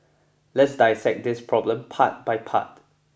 let's dissect this problem part by part